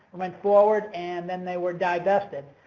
went forward, and then they were divested.